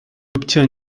obtient